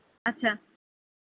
আচ্চা